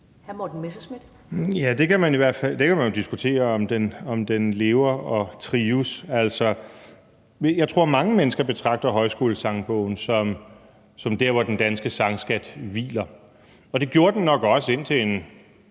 (DF): Man kan jo diskutere, om den lever og trives. Jeg tror, at mange mennesker betragter »Højskolesangbogen« som der, hvor den danske sangskat hviler, og det gjorde den nok også indtil en